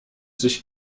sich